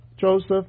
Joseph